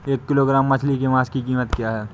एक किलोग्राम मछली के मांस की कीमत क्या है?